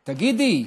תגידי,